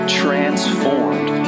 transformed